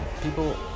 People